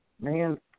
man